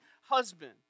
husband